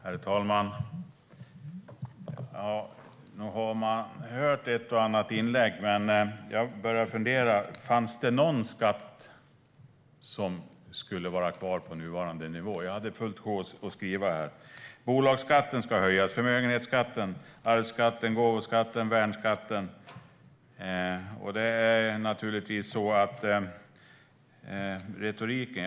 Herr talman! Nog har jag hört ett och annat inlägg. Fanns det någon skatt som skulle vara kvar på nuvarande nivå? Jag hade fullt sjå att skriva. Bolagsskatten ska höjas, och sedan var det förmögenhetsskatten, arvsskatten, gåvoskatten och värnskatten.